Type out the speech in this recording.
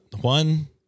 one